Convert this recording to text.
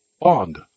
bond